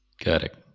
Correct